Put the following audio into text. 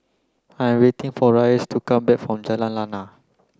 I am waiting for Rhys to come back from Jalan Lana